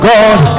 God